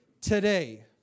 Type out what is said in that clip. today